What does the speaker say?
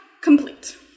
complete